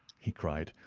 he cried,